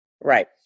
Right